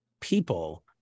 people